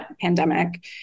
pandemic